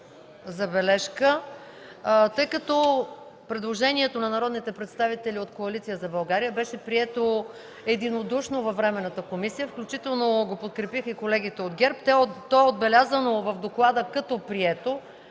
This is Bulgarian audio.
Тъй като предложението на народните представители от Коалиция за България беше прието единодушно във Временната комисия, включително го подкрепиха и колегите от ГЕРБ, то е отбелязано в доклада като прието,